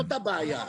זאת הבעיה האמיתית.